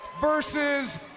versus